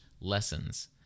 lessons